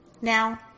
now